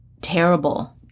terrible